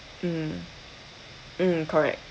mm mm correct